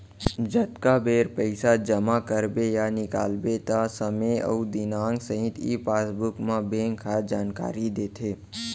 जतका बेर पइसा जमा करबे या निकालबे त समे अउ दिनांक सहित ई पासबुक म बेंक ह जानकारी देथे